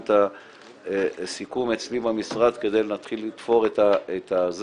את הסיכום אצלי במשרד כדי להתחיל לתפור את זה.